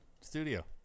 studio